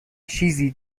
چیزی